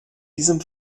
diesem